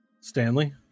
Stanley